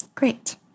Great